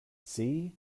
see